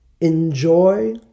Enjoy